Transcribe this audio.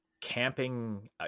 camping